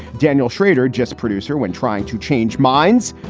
daniel shrader, just producer when trying to change minds.